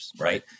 right